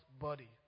body